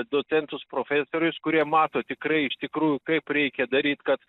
docentus profesorius kurie mato tikrai iš tikrųjų kaip reikia daryt kad